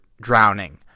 drowning